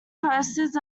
posters